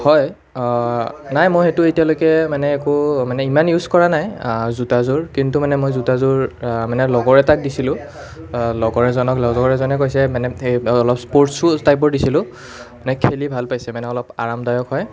হয় অঁ নাই মই সেইটো এতিয়ালৈকে মানে একো মানে ইমান ইউজ কৰা নাই জোতাযোৰ কিন্তু মানে মই জোতাযোৰ মানে লগৰ এটাক দিছিলোঁ লগৰ এজনক লগৰ এজনে কৈছে মানে সেই অলপ স্পৰ্টছ ছুজ টাইপৰ দিছিলোঁ মানে খেলি ভাল পাইছে মানে অলপ আৰামদায়ক হয়